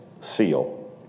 seal